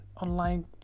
online